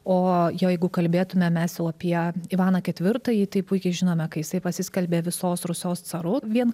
o jeigu kalbėtume mes jau apie ivaną ketvirtąjį tai puikiai žinome ką jisai pasiskelbė visos rusios carų vien